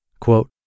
Quote